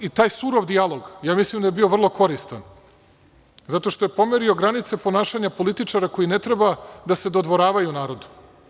I taj surov dijalog, ja mislim da je bio vrlo koristan, zato što je pomerio granice ponašanja političara koji ne treba da se dodvoravaju narodu.